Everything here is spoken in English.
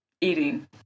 eating